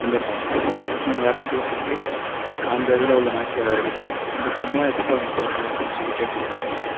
வந்துடுறான் அப்புறம் வேறு ஸ்கூலில் சேர்ந்து அந்த இதில் உள்ள மேக்ஸ் சார் அவரை பார்த்து இந்த சம்மெல்லாம் எப்படிப்பா நீ போடுற அப்புடினு சொல்லி கேட்டிருக்காங்க